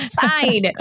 Fine